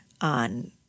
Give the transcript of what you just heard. on